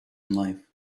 life